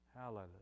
Hallelujah